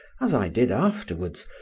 as i did afterwards,